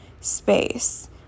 space